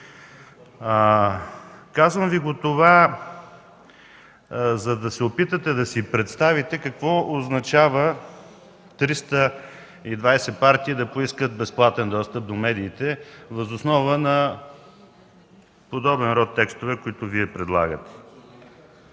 Казвам Ви това, за да се опитате да си представите какво означава 320 партии да поискат безплатен достъп до медиите, въз основа на подобен род текстове, които Вие предлагате.